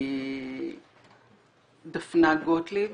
דפנה גוטליב.